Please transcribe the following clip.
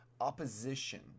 opposition